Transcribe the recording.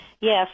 Yes